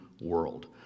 world